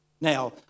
Now